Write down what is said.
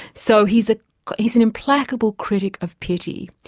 so he's ah he's an implacable critic of pity.